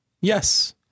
Yes